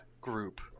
group